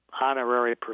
honorary